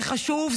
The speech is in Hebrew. זה חשוב,